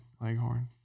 leghorn